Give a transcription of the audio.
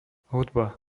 hudba